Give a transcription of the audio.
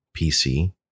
PC